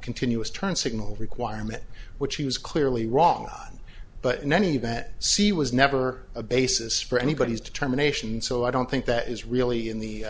continuous turn signal requirement which he was clearly wrong but many that see was never a basis for anybody's determination so i don't think that is really in the